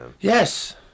Yes